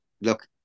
look